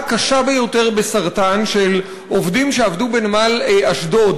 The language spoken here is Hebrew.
קשה ביותר בסרטן של עובדים שעבדו בנמל אשדוד,